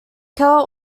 keller